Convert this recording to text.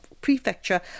Prefecture